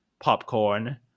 popcorn